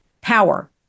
power